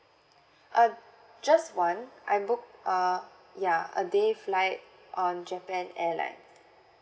uh just one I booked uh ya a day flight on Japan Airlines